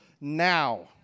now